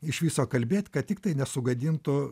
iš viso kalbėt kad tiktai nesugadintų